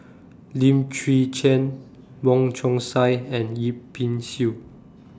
Lim Chwee Chian Wong Chong Sai and Yip Pin Xiu